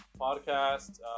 Podcast